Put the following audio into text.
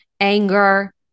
Anger